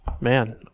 man